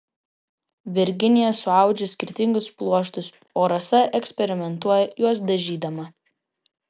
virginija suaudžia skirtingus pluoštus o rasa eksperimentuoja juos dažydama